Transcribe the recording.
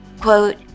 Quote